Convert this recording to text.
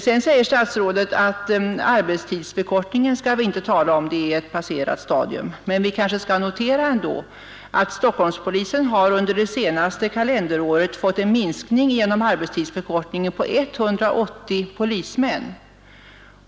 Vidare säger herr statsrådet att arbetstidsförkortningen skall vi inte tala om, det är ett passerat stadium. Men vi kanske ändå skall notera att Stockholmspolisen under det senaste kalenderåret genom arbetstidsförkortningen har fått en minskning på 180 polismän.